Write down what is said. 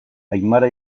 aimara